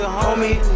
homie